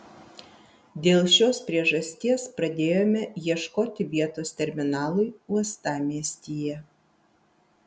dėl šios priežasties pradėjome ieškoti vietos terminalui uostamiestyje